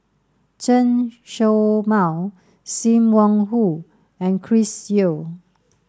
Chen Show Mao Sim Wong Hoo and Chris Yeo